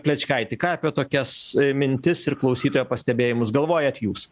plečkaiti ką apie tokias mintis ir klausytojo pastebėjimus galvojat jūs